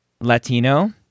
Latino